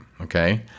okay